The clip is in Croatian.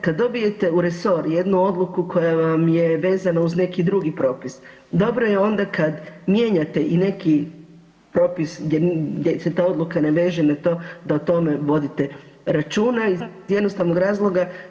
Kad dobijete u resor jednu odluku koja vam je vezana uz neki drugi propis, dobro je onda kad mijenjate i neki propis gdje se ta odluka ne veže na to da o tome vodite računa iz jednostavnog razloga.